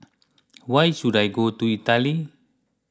where should I go in Italy